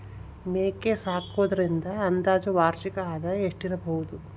ಮೇಕೆ ಸಾಕುವುದರಿಂದ ಅಂದಾಜು ವಾರ್ಷಿಕ ಆದಾಯ ಎಷ್ಟಿರಬಹುದು?